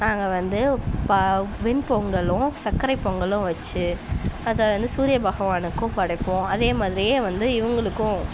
நாங்கள் வந்து பா வெண்பொங்கலும் சக்கரை பொங்கலும் வச்சு அதை வந்து சூரிய பகவானுக்கும் படைப்போம் அதே மாதிரியே வந்து இவங்களுக்கும்